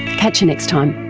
catch you next time